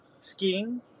skiing